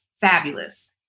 fabulous